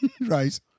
Right